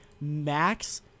max –